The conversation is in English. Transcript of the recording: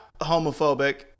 homophobic